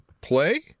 play